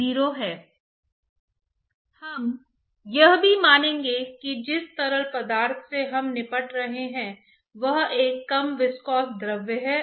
धमनियों में कितना कोलेस्ट्रॉल जमा हो रहा है यह कोई नहीं देख सकता ऐसा करने का कोई सीटू तरीका नहीं है लेकिन कुछ तरीके हैं लेकिन इसे करने का कोई साफ तरीका नहीं है